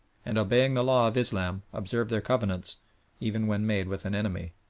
and, obeying the law of islam, observe their covenants even when made with an enemy.